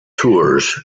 tours